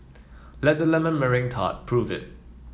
let the lemon meringue tart prove it